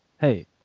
Hey